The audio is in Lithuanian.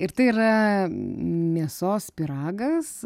ir tai yra mėsos pyragas